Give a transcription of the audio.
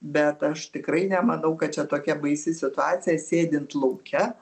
bet aš tikrai nemanau kad čia tokia baisi situacija sėdint lauke